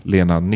Lena